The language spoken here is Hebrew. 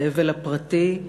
האבל הפרטי,